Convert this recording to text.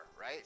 right